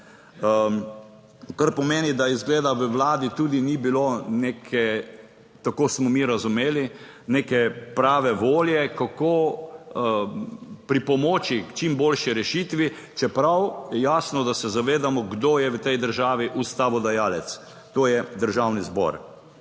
kar pomeni, da izgleda, v Vladi tudi ni bilo neke, tako smo mi razumeli, neke prave volje, kako pripomoči k čim boljši rešitvi. Čeprav je jasno, da se zavedamo, kdo je v tej državi ustavodajalec, to je Državni zbor.